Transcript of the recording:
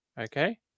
okay